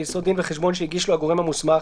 על יסוד דין וחשבון שהגיש לו הגורם המוסמך,